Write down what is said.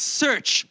search